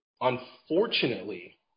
Unfortunately